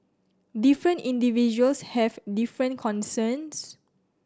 different individuals have different concerns